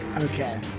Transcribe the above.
Okay